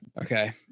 Okay